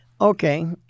Okay